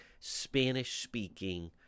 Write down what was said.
spanish-speaking